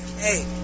Hey